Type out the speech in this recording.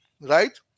right